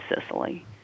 Sicily